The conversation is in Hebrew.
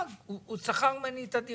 לפני שאתם עושים עסקאות,